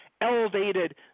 elevated